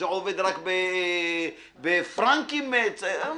זה עובד רק בפרנקים אנחנו